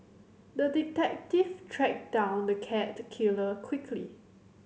the detective tracked down the cat killer quickly